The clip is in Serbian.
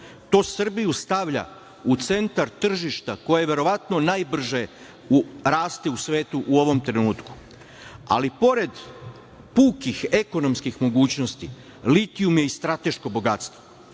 To Srbiju stavlja u centar tržišta koje verovatno najbrže raste u svetu u ovom trenutku. Pored pukih ekonomskih mogućnosti, litijum je i strateško bogatstvo.